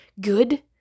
good